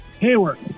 Hayward